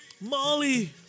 Molly